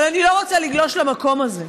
אבל אני לא רוצה לגלוש למקום הזה.